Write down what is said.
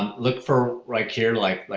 um look for like here, like like